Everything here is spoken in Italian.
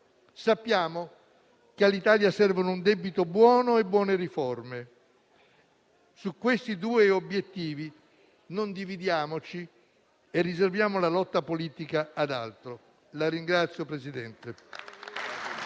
Sappiamo che all'Italia servono un debito buono e buone riforme. Su questi due obiettivi non dividiamoci e riserviamo la lotta politica ad altro.